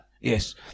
Yes